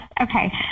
Okay